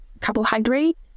carbohydrate